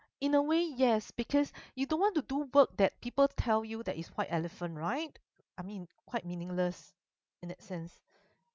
in a way yes because you don't want to do work that people tell you that is white elephant right I mean quite meaningless in that sense